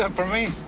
um for me?